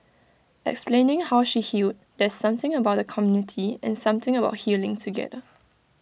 explaining how she healed there's something about the community and something about healing together